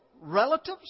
relatives